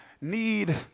need